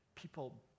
People